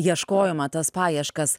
ieškojimą tas paieškas